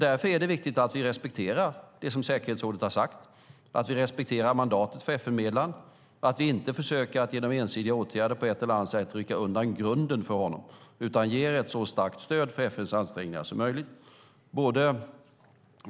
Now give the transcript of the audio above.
Därför är det viktigt att vi respekterar det som säkerhetsrådet har sagt, att vi respekterar mandatet för FN-medlaren och att vi inte genom ensidiga åtgärder försöker att på ett eller annat sätt rycka undan grunden för honom utan ger ett så starkt stöd som möjligt för FN:s ansträngningar.